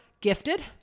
Gifted